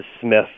Smith